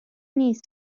نیست